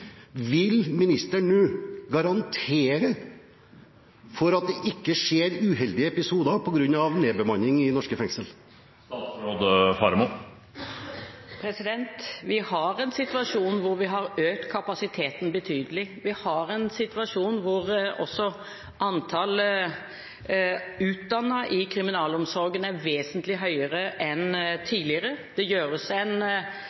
nå garantere for at det ikke skjer uheldige episoder på grunn av nedbemanning i norske fengsler? Vi har en situasjon der vi har økt kapasiteten betydelig, og vi har en situasjon der også antallet utdannede i kriminalomsorgen er vesentlig høyere enn tidligere. Kriminalomsorgen gjør en